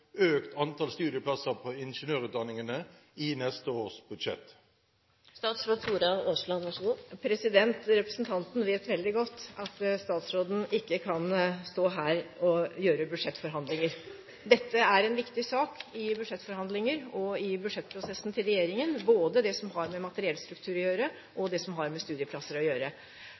studieplasser ved ingeniørutdanningene i neste års budsjett? Representanten vet veldig godt at statsråden ikke kan stå her og gjøre budsjettforhandlinger. Dette er en viktig sak i budsjettforhandlingene og i budsjettprosessen til regjeringen, både det som har med materiellstruktur å gjøre, og det som har med studieplasser å gjøre.